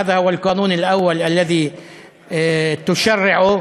זהו החוק הראשון שאתה מחוקק.